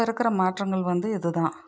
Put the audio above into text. இப்போ இருக்கிற மாற்றங்கள் வந்து இதுதான்